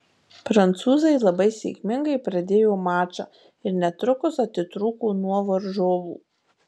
prancūzai labai sėkmingai pradėjo mačą ir netrukus atitrūko nuo varžovų